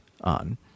on